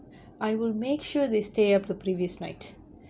I will make sure they stay up the previous night